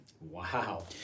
Wow